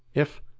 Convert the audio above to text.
if,